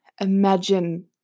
imagine